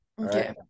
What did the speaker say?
okay